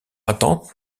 attente